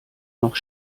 noch